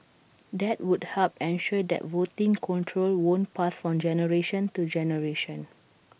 that would help ensure that voting control won't pass from generation to generation